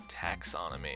taxonomy